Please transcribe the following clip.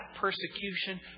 persecution